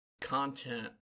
content